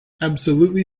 absolutely